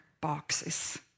boxes